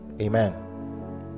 amen